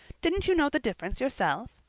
didn't you know the difference yourself?